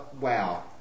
wow